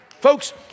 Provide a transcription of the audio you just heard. Folks